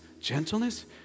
gentleness